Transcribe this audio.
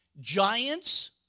giants